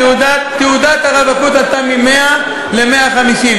תעודת הרווקות עלתה מ-100 ל-150.